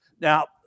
Now